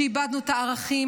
שאיבדנו את הערכים,